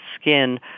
skin